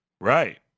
Right